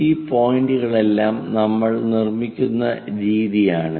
ഈ പോയിന്റുകളെല്ലാം നമ്മൾ നിർമ്മിക്കുന്ന രീതിയാണിത്